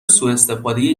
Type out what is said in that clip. سواستفاده